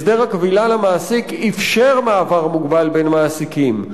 הסדר הכבילה למעסיק אפשר מעבר מוגבל בין מעסיקים,